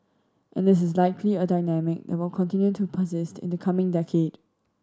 and this is likely a dynamic that will continue to persist in the coming decade